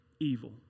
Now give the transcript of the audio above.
evil